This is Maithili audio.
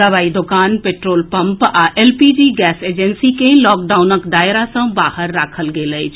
दवाई दोकान पेट्रोल पंप आ एलपीजी गैस एजेंसी के लॉकडाउनक दायरा सँ बाहर राखल गेल अछि